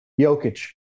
Jokic